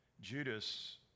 Judas